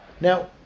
Now